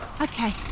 Okay